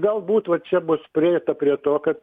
galbūt va čia bus prieita prie to kad